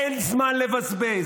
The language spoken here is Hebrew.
אין זמן לבזבז.